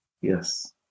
Yes